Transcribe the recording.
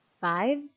Five